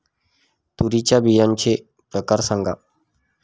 तूरीच्या बियाण्याचे प्रकार सांगा